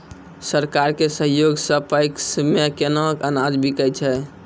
सरकार के सहयोग सऽ पैक्स मे केना अनाज बिकै छै?